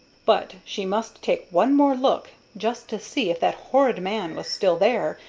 but she must take one more look, just to see if that horrid man was still there,